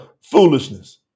foolishness